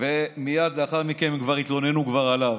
ומייד לאחר מכן הם כבר התלוננו עליו,